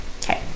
Okay